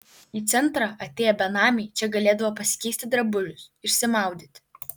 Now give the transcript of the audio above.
į centrą atėję benamiai čia galėdavo pasikeisti drabužius išsimaudyti